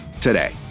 today